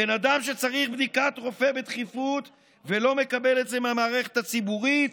בן אדם שצריך בדיקת רופא בדחיפות ולא מקבל את זה מהמערכת הציבורית